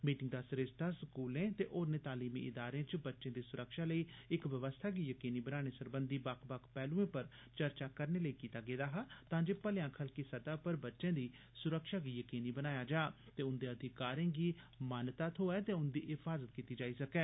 meeting दा सरिस्ता स्कूलें ते होरनें तालीमी इदारें च बच्चे दी सुरक्षा लेई इक व्यवस्था गी यकीनी बनाने सरबंघी बक्ख बक्ख पैहलुए पर चर्चा करने लेई कीता गेदा हा तां जे भलेयां खल्की सतह पर बच्चें दी सुरक्षा गी यकीनी बनाया जा ते उन्दे अधिकारें गी मान्यता थ्होऐ ते उन्दी हिफाजत कीती जाई सकै